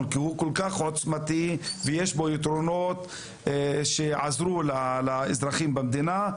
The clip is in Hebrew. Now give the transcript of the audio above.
כי הוא כל כך עוצמתי ובעל יתרונות לאזרחי במדינה.